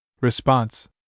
Response